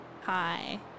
Hi